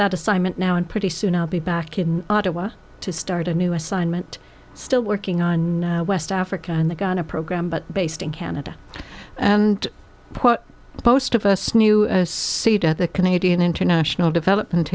that assignment now and pretty soon i'll be back in ottawa to start a new assignment still working on west africa and they got a program but based in canada and post of us new seed at the canadian international development